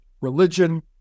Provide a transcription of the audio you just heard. religion